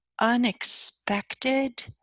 unexpected